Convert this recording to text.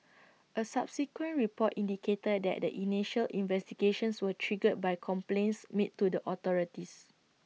A subsequent report indicated that the initial investigations were triggered by complaints made to the authorities